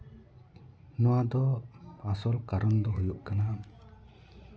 ᱱᱚᱣᱟ ᱫᱚ ᱟᱥᱚᱞ ᱠᱟᱨᱚᱱ ᱫᱚ ᱦᱩᱭᱩᱜ ᱠᱟᱱᱟ